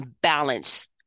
balance